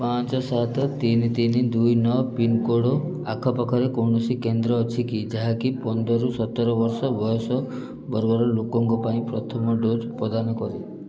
ପାଞ୍ଚ ସାତ ତିନି ତିନି ଦୁଇ ନଅ ପିନ୍କୋଡ଼୍ ଆଖପାଖରେ କୌଣସି କେନ୍ଦ୍ର ଅଛି କି ଯାହାକି ପନ୍ଦର ସତର ବୟସ ବର୍ଗର ଲୋକଙ୍କ ପାଇଁ ପ୍ରଥମ ଡୋଜ୍ ପ୍ରଦାନ କରେ